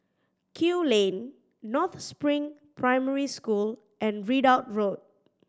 Kew Lane North Spring Primary School and Ridout Road